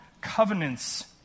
covenants